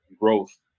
growth